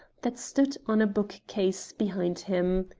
that stood on a bookcase behind him.